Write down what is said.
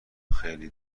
خیلی